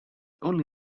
only